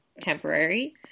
temporary